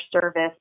service